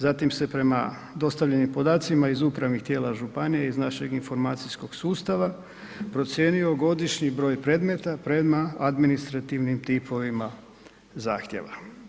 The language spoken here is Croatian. Zatim se prema dostavljenim podacima iz upravnih tijela županije, iz našeg informacijskog sustava procijenio godišnji broj predmeta prema administrativnim tipovima zahtjeva.